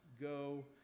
go